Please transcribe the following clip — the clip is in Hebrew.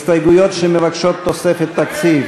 הסתייגויות שמבקשות תוספת תקציב.